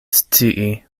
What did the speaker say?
scii